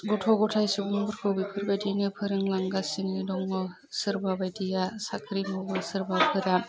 गथ' गथाइ सुबुंफोरखौ बेफोरबायदिनो फोरोंलांगासिनो दङ सोरबाबायदिया साख्रि मावो सोरबाफोरा